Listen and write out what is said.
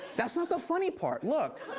that's not the funny part. look.